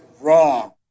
wrong